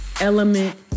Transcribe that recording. Element